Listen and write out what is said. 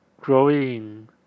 growing